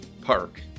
Park